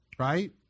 right